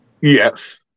Yes